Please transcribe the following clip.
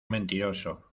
mentiroso